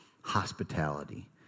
hospitality